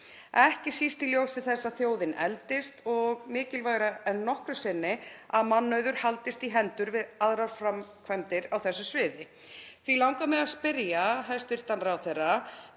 ekki síst í ljósi þess að þjóðin eldist, og mikilvægara en nokkru sinni að mannauður haldist í hendur við aðrar framkvæmdir á þessu sviði. Því langar mig að spyrja hæstv. ráðherra: